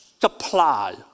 supply